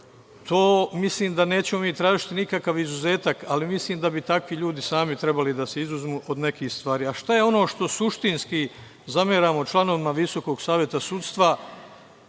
Mislim da mi nećemo tražiti nikakav izuzetak, ali mislim da bi takvi ljudi sami trebali da se izuzmu od nekih stvari. Šta je ono što suštinski zameramo članovima Visokog saveta sudstva,